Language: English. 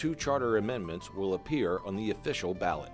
two charter amendments will appear on the official ballot